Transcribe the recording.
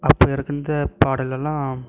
அப்ப இருக்குந்த பாடலெல்லாம்